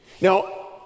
Now